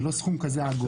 זה לא סכום כזה עגול.